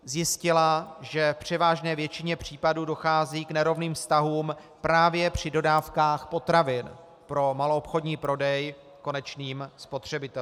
Zjistila, že v převážné většině případů dochází k nerovným vztahům právě při dodávkách potravin pro maloobchodní prodej konečným spotřebitelům.